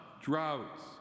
droughts